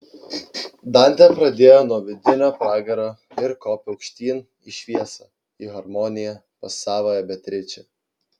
dantė pradėjo nuo vidinio pragaro ir kopė aukštyn į šviesą į harmoniją pas savąją beatričę